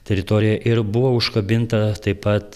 teritorija ir buvo užkabinta taip pat